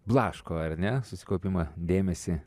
blaško ar ne susikaupimą dėmesį